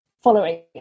following